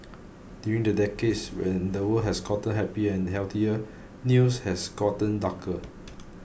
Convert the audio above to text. during the decades when the world has gotten happier and healthier news has gotten darker